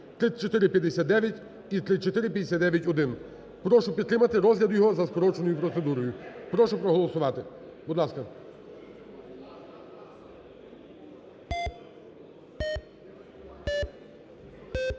Прошу підтримати розгляд його за скороченою процедурою. Прошу проголосувати. Будь ласка.